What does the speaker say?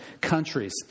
countries